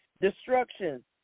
destruction